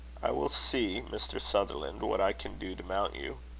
i will see, mr. sutherland, what i can do to mount you.